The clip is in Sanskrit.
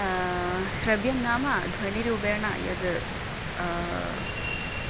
श्रव्यं नाम ध्वनिरूपेण यत्